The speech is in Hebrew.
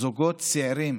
זוגות צעירים